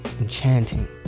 enchanting